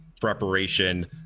preparation